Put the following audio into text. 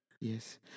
Yes